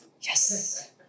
Yes